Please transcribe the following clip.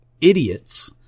idiots